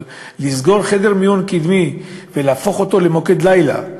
אבל לסגור חדר מיון קדמי ולהפוך אותו למוקד לילה,